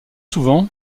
souvent